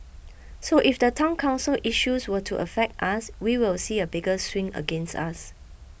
so if the Town Council issues were to affect us we will see a bigger swing against us